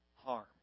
harm